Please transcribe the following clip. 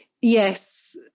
Yes